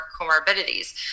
comorbidities